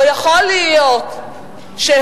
לא יכול להיות שהוא,